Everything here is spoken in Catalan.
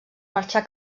marxar